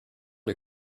les